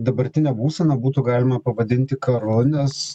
dabartinę būseną būtų galima pavadinti karu nes